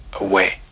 away